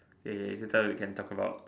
okay okay next time we can talk about